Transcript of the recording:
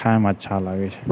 खाइमे अच्छा लागै छै